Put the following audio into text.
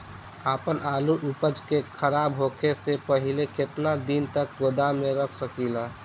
आपन आलू उपज के खराब होखे से पहिले केतन दिन तक गोदाम में रख सकिला?